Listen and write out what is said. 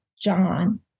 John